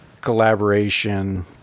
collaboration